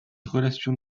relations